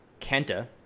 Kenta